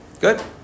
good